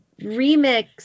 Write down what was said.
remix